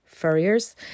furriers